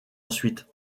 ensuite